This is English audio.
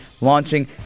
launching